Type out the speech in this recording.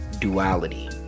duality